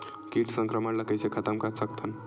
कीट संक्रमण ला कइसे खतम कर सकथन?